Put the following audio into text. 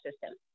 system